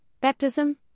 baptism